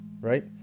right